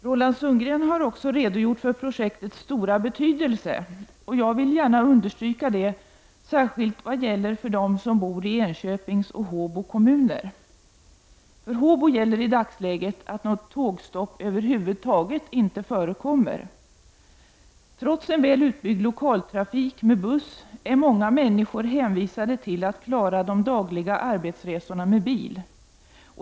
Roland Sundgren har också redogjort för projektets stora betydelse, och jag vill gärna understryka det, särskilt vad gäller dem som bor i Enköpings och Håbo kommuner. För Håbo gäller i dagsläget att något tågstopp över huvud taget inte förekommer. Trots en väl utbyggd lokaltrafik med buss är många människor hänvisade till att klara de dagliga arbetsresorna med bil.